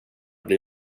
blir